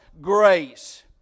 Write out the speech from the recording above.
grace